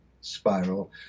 spiral